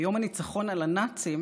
ביום הניצחון על הנאצים